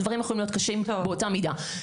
הדברים יכולים להיות קשים באותה מידה.